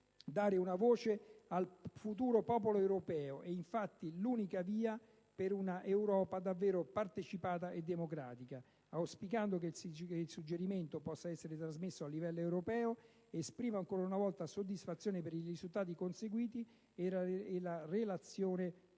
Valori, una voce al futuro popolo europeo: è infatti l'unica via per un'Europa davvero partecipata e democratica. Auspicando che il suggerimento possa essere trasmesso a livello europeo, esprimo ancora una volta soddisfazione per i risultati conseguiti che la relazione